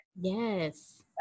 Yes